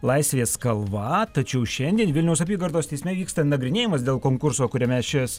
laisvės kalva tačiau šiandien vilniaus apygardos teisme vyksta nagrinėjimas dėl konkurso kuriame šis